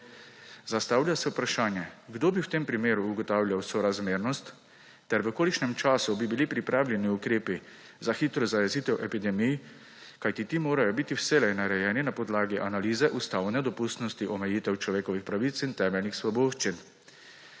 Zastavlja se vprašanje, kdo bi v tem primeru ugotavljal sorazmernost ter v kolikšnem času bi bili pripravljeni ukrepi za hitro zajezitev epidemij, kajti ti morajo biti vselej narejeni na podlagi analize ustavne dopustnosti omejitev človekovih pravic in temeljnih svoboščin.